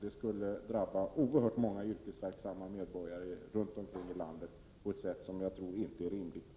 Det skulle drabba oerhört många yrkesverksamma medborgare runt om i landet på ett sätt som enligt min mening inte är rimligt.